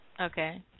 Okay